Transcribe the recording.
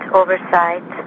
oversight